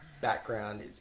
background